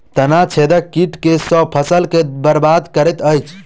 तना छेदक कीट केँ सँ फसल केँ बरबाद करैत अछि?